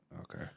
Okay